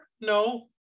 no